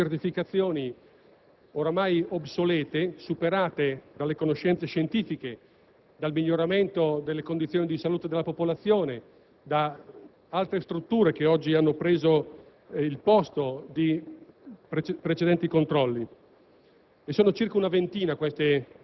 contemplino la semplificazione attraverso l'abolizione di certificazioni oramai obsolete e superate dalle conoscenze scientifiche, dal miglioramento delle condizioni di salute della popolazione e da altre strutture che oggi hanno preso il posto di